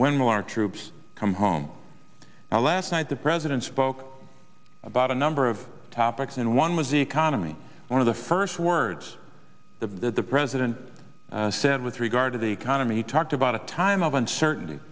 when will our troops come home last night the president spoke about a number of topics and one was economy one of the first words the president said with regard to the economy he talked about a time of uncertainty